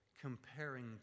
comparing